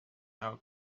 now